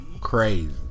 Crazy